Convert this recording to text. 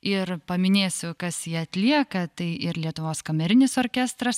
ir paminėsiu kas jį atlieka tai ir lietuvos kamerinis orkestras